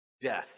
Death